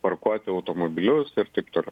parkuoti automobilius ir taip toliau